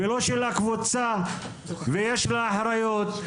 לא של הקבוצה ויש לה אחריות.